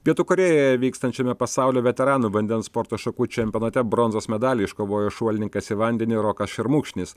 pietų korėjoje vykstančiame pasaulio veteranų vandens sporto šakų čempionate bronzos medalį iškovojo šuolininkas į vandenį rokas šermukšnis